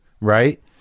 right